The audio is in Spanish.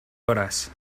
horas